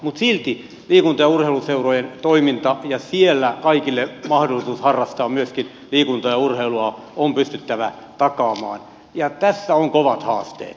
mutta silti myöskin liikunta ja urheiluseurojen toiminta ja siellä kaikille mahdollisuus harrastaa liikuntaa ja urheilua on pystyttävä takaamaan ja tässä on kovat haasteet